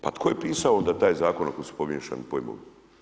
Pa tko je pisao onda taj zakon ako su pomiješani pojmovi?